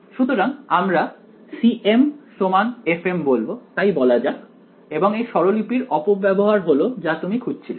সুতরাং আমরা cm fm বলব তাই বলা যাক এবং এই স্বরলিপির অপব্যবহার হলো যা তুমি খুঁজছিলে